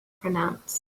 pronounce